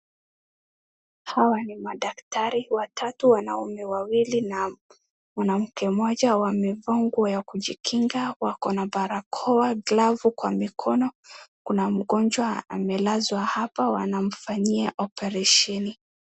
Hawa ni madaktari watatu wawili wanaume na mwanamke mmoja wamevaa nguo ya kujikinga wako na barakoa glavu kwa mikono kuna mgonjwa amelazwa hapa wanamfanyia oparisheni.